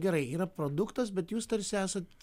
gerai yra produktas bet jūs tarsi esat